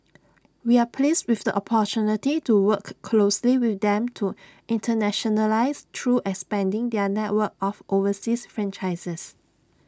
we are pleased with the opportunity to work closely with them to internationalise through expanding their network of overseas franchisees